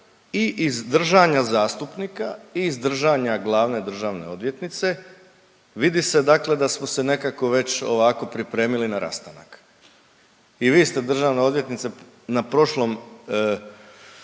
i iz držanja zastupnika i iz držanja glavne državne odvjetnice, vidi se, dakle da smo se nekako već ovako pripremili na rastanak. I vi ste, državna odvjetnice, na prošlom